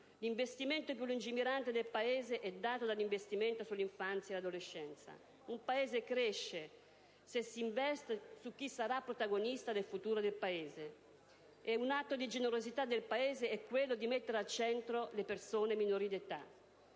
L'investimento più lungimirante del Paese è dato dall'investimento sull'infanzia e l'adolescenza. Un Paese cresce se si investe su chi sarà protagonista del futuro del Paese. E un atto di generosità del Paese è quello di mettere al centro le persone minori di età.